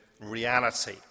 reality